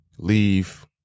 Leave